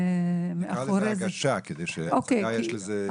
נקרא לזה ההגשה, כי להצגה יש משמעות אחרת.